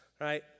right